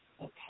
Okay